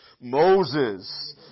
Moses